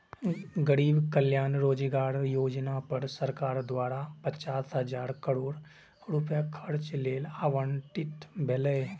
गरीब कल्याण रोजगार योजना पर सरकार द्वारा पचास हजार करोड़ रुपैया खर्च लेल आवंटित भेलै